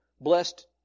blessed